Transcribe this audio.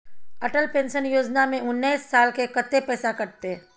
Atal pension Yojana में उनैस साल के कत्ते पैसा कटते?